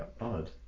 odd